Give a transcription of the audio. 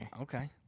Okay